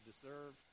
deserve